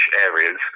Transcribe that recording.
areas